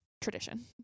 tradition